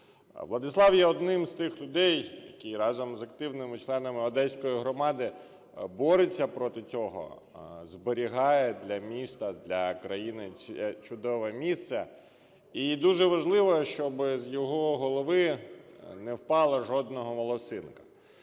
Владислав є одним з тих людей, які разом з активними членами одеської громади борються проти цього, зберігаючи для міста, для країни це чудове місце, і дуже важливо, щоб з його голови не впала жодна волосинка.